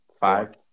Five